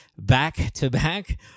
back-to-back